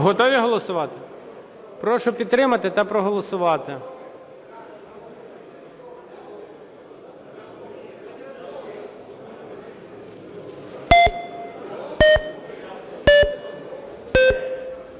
Готові голосувати? Прошу підтримати та проголосувати.